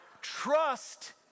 Trust